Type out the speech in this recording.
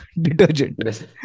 detergent